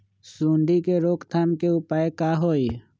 सूंडी के रोक थाम के उपाय का होई?